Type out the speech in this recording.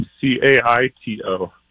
c-a-i-t-o